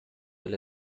del